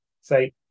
Say